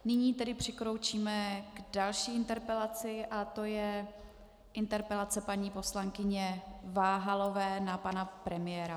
Nyní tedy přikročíme k další interpelaci a tou je interpelace paní poslankyně Váhalové na pana premiéra.